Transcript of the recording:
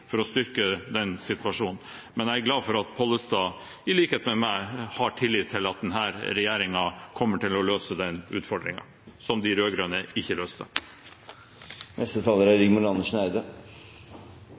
for å styrke den situasjonen, men jeg er glad for at Pollestad, i likhet med meg, har tillit til at denne regjeringen kommer til å løse den utfordringen, som de rød-grønne ikke løste.